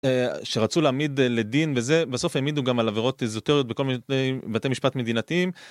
שרצו להעמיד לדין בזה בסוף העמידו גם על עבירות זוטרות בכל מיני בתי משפט מדינתיים